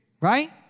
Right